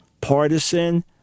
partisan